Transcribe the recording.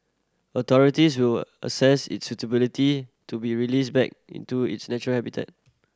authorities will assess its suitability to be released back into its natural habitat